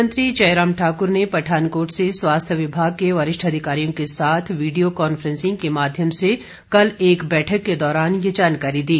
मुख्यमंत्री जयराम ठाक्र ने पठानकोट से स्वास्थ्य विभाग के वरिष्ठ अधिकारियों के साथ वीडियो कांफ्रेंसिंग के माध्यम से एक बैठक के दौरान ये जानकारी दी